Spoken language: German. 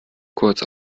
kurz